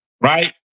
right